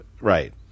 right